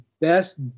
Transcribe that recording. best